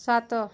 ସାତ